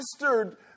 mastered